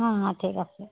অঁ অঁ ঠিক আছে